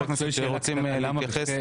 חברי כנסת שרוצים להתייחס,